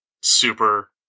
Super